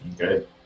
okay